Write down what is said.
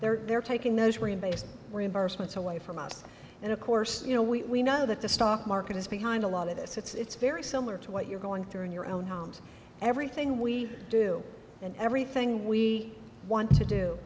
there they're taking those rain based reimbursement away from us and of course you know we know that the stock market is behind a lot of this it's very similar to what you're going through in your own homes everything we do and everything we want to do